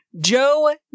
Joe